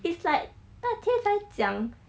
it's like 那天才讲